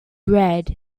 red